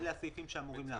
אלה הסעיפים שאמורים להחזיר.